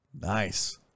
nice